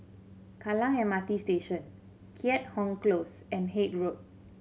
Kallang M R T Station Keat Hong Close and Haig Road